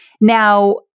Now